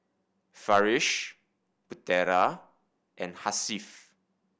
Farish Putera and Hasif